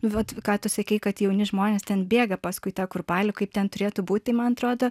nu vat ką tu sakei kad jauni žmonės ten bėga paskui tą kurpalių kaip ten turėtų būti man atrodo